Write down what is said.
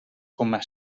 coma